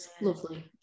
lovely